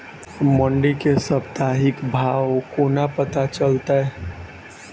मंडी केँ साप्ताहिक भाव कोना पत्ता चलतै?